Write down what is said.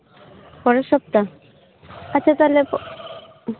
ᱯᱚᱨᱮᱨ ᱥᱚᱯᱛᱟ ᱟᱪᱪᱷᱟ ᱛᱟᱦᱞᱮ